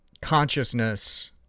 consciousness